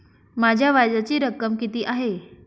माझ्या व्याजाची रक्कम किती आहे?